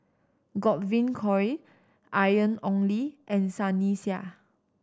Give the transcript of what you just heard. Godwin Koay Ian Ong Li and Sunny Sia